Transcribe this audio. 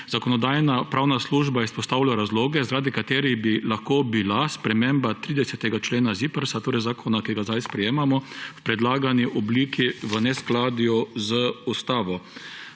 Zakonodajno-pravna služba izpostavlja razloge, zaradi katerih bi lahko bila sprememba 30. člena ZIPRS, torej zakona, ki ga zdaj sprejemamo, v predlagani obliki v neskladju z Ustavo.